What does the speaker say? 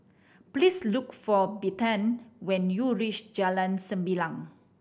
please look for Bethann when you reach Jalan Sembilang